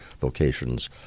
vocations